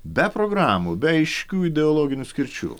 be programų be aiškių ideologinių skirčių